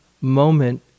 moment